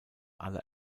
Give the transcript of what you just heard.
alle